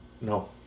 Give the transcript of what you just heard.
No